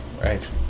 right